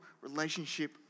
relationship